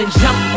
jump